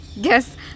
Guess